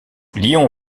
lyon